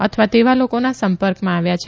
અથવા તેવા લોકોના સં કંમાં આવ્યા છે